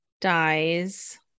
dies